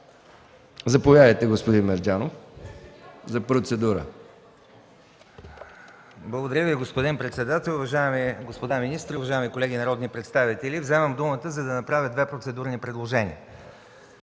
за процедура, господин Мерджанов. АТАНАС МЕРДЖАНОВ (КБ): Благодаря Ви. Господин председател, уважаеми господа министри, уважаеми колеги народни представители! Вземам думата, за да направя две процедурни предложения.